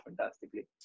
fantastically